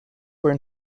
were